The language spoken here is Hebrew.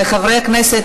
וחברי הכנסת,